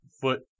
foot